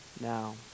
now